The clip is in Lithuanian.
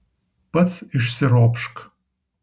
pats išsiropšk